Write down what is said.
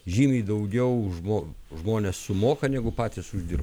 žymiai daugiau žmon žmonės sumoka negu patys uždirba